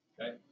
okay